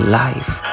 life